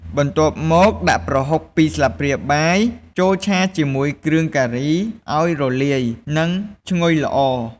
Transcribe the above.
បន្ទាប់មក ដាក់ ប្រហុក ២ ស្លាបព្រាបាយ ចូលឆាជាមួយគ្រឿងការីឱ្យរលាយ និងឈ្ងុយល្អ។